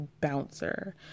bouncer